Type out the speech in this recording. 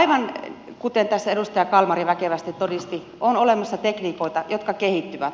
aivan kuten tässä edustaja kalmari väkevästi todisti on olemassa tekniikoita jotka kehittyvät